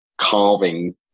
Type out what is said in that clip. carving